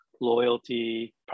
loyalty